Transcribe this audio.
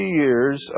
years